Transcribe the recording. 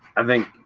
i think